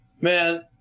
man